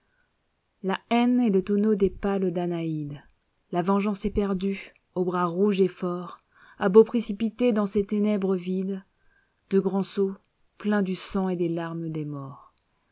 la haine est le tonneau des pâles danaïdes la vengeance éperdue aux bras rouges et forts a beau précipiter dans ses ténèbres vides de grands seaux pleins du sang et des larmes des morts